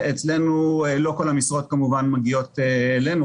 לא כל המשרות כמובן מגיעות אלינו,